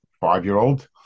five-year-old